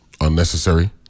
unnecessary